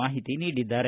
ಮಾಹಿತಿ ನೀಡಿದ್ದಾರೆ